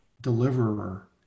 deliverer